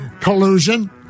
Collusion